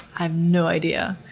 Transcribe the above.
i have no idea.